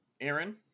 Aaron